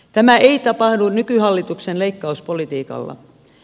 tämä ei tapahdu nykyhallituksen leikkauspolitiikalla